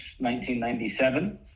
1997